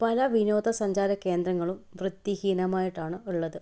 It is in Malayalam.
പല വിനോദസഞ്ചാര കേന്ദ്രങ്ങളും വൃത്തിഹീനമായിട്ടാണ് ഉള്ളത്